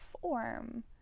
form